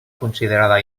considerada